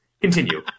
continue